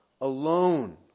alone